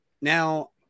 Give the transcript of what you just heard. now